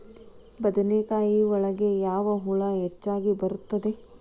ಬದನೆಕಾಯಿ ಒಳಗೆ ಯಾವ ಹುಳ ಹೆಚ್ಚಾಗಿ ಬರುತ್ತದೆ?